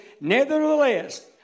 Nevertheless